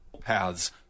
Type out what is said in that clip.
Paths